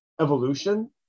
evolution